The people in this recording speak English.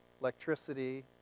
electricity